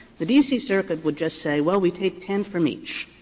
the d c. circuit would just say, well, we take ten from each.